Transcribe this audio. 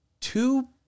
two